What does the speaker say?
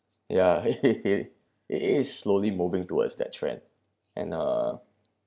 ya it is slowly moving towards that trend and uh